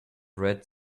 red